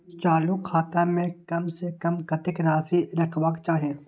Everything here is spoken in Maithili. चालु खाता में कम से कम कतेक राशि रहबाक चाही?